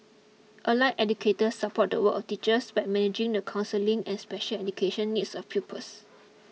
allied educators support the work of teachers by managing the counselling and special education needs of pupils